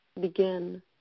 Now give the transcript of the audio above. begin